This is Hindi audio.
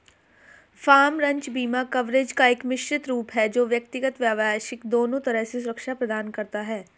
फ़ार्म, रंच बीमा कवरेज का एक मिश्रित रूप है जो व्यक्तिगत, व्यावसायिक दोनों तरह से सुरक्षा प्रदान करता है